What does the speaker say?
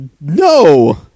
No